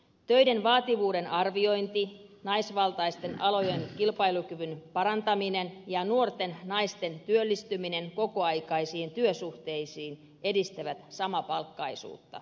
töiden vaativuuden arviointi naisvaltaisten alojen kilpailukyvyn parantaminen ja nuorten naisten työllistyminen kokoaikaisiin työsuhteisiin edistävät samapalkkaisuutta